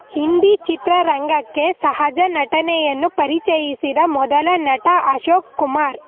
ಹಿಂದಿ ಚಿತ್ರರಂಗಕ್ಕೆ ಸಹಜ ನಟನೆಯನ್ನು ಪರಿಚಯಿಸಿದ ಮೊದಲ ನಟ ಅಶೋಕ್ ಕುಮಾರ್